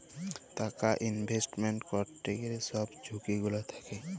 টাকা ইলভেস্টমেল্ট ক্যইরতে গ্যালে ছব ঝুঁকি গুলা থ্যাকে